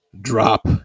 drop